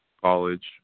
college